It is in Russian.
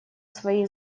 свои